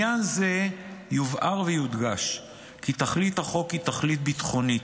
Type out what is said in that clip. בעניין זה יובהר ויודגש כי תכלית החוק היא תכלית ביטחונית,